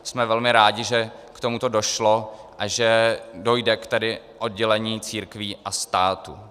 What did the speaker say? Jsme velmi rádi, že k tomuto došlo a že dojde k oddělení církví a státu.